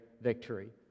victory